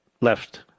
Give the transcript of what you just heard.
left